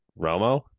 Romo